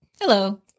hello